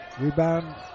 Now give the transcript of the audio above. Rebound